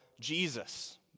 Jesus